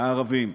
הערבים.